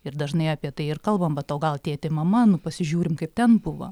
ir dažnai apie tai ir kalbam vat o gal tėtė mama nu pasižiūrim kaip ten buvo